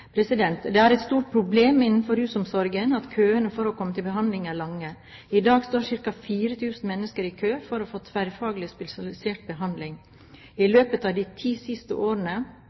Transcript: Det er et stort problem innenfor rusomsorgen at køene for å komme til behandling er lange. I dag står ca. 4 000 mennesker i kø for å få tverrfaglig spesialisert behandling. I løpet av de siste ti årene